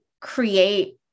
create